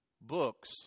books